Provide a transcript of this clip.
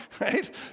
right